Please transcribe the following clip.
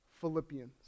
Philippians